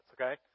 Okay